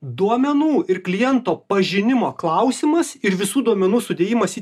duomenų ir kliento pažinimo klausimas ir visų duomenų sudėjimas į